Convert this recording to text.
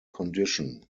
condition